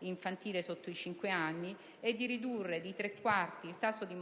infantile sotto i cinque anni e di tre quarti il tasso di